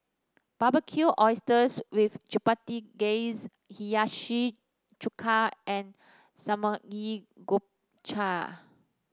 Barbecued Oysters with Chipotle Glaze Hiyashi Chuka and Samgeyopsal